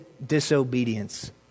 disobedience